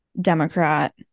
democrat